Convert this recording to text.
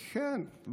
כן,